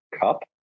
Cup